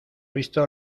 visto